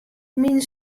myn